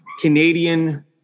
Canadian